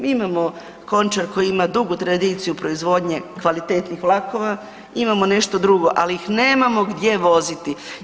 Mi imamo Končar koji ima dugu tradiciju proizvodnje kvalitetnih vlakova, imamo nešto drugo, ali ih nemamo gdje voziti.